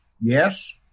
Yes